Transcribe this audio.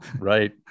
Right